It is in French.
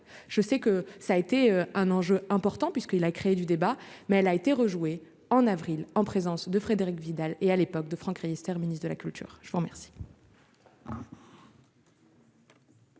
je sais que ça a été un enjeu important puisqu'il a créé du débat, mais elle a été rejouée en avril, en présence de Frédérique Vidal et à l'époque de Franck Riester ministre de la culture, je vous remercie.